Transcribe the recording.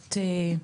שבהחלט יטופל.